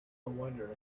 wonder